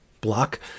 block